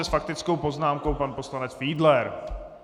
S faktickou poznámkou pan poslanec Fiedler.